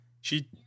She-